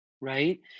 right